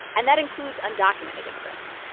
and that includes undocumented immigrants.